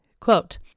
Quote